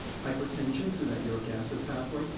hypertension through that uric acid pathway,